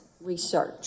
research